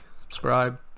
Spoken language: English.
subscribe